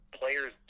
players